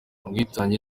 ubwitange